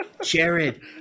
Jared